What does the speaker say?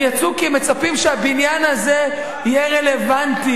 הם יצאו כי הם מצפים שהבניין הזה יהיה רלוונטי,